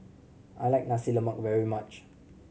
I like Nasi Lemak very much